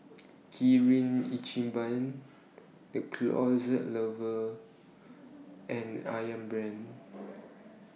Kirin Ichiban The Closet Lover and Ayam Brand